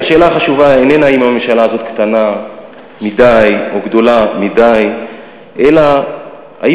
השאלה החשובה איננה אם הממשלה הזאת קטנה מדי או גדולה מדי,